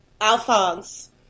Alphonse